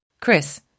Chris